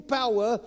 power